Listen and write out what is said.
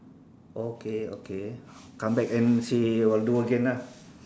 okay okay come back and say what do again ah